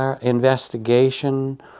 investigation